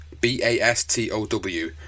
B-A-S-T-O-W